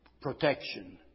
protection